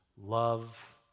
Love